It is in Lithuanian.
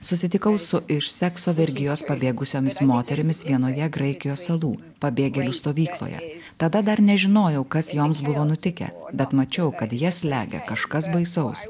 susitikau su iš sekso vergijos pabėgusiomis moterimis vienoje graikijos salų pabėgėlių stovykloje tada dar nežinojau kas joms buvo nutikę bet mačiau kad jas slegia kažkas baisaus